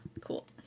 Cool